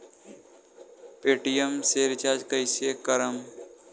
Paytm से recharge कईसे करम?